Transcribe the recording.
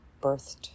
birthed